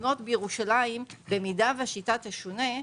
במידה והשיטה תשתנה,